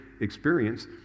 experience